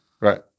Right